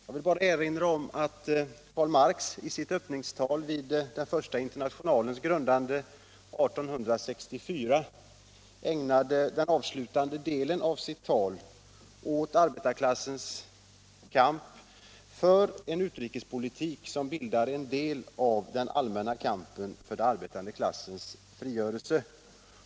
Jag vill bara erinra om att Karl Marx i sitt öppningstal vid Första internationalens grundande den 28 september 1864 ägnade den avslutande delen av sitt tal just åt arbetarklassens kamp för ”en utrikespolitik som bildar en del av den allmänna kampen för den arbetande klassens frigörelse”.